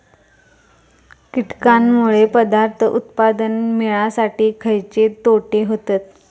कीटकांनमुळे पदार्थ उत्पादन मिळासाठी खयचे तोटे होतत?